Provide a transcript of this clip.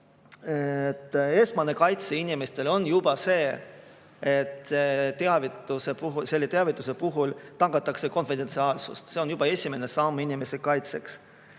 esmane kaitse inimestele on juba see, et selle teavituse puhul tagatakse konfidentsiaalsus. See on esimene samm inimese kaitseks.